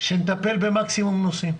שנטפל במקסימום נושאים.